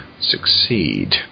succeed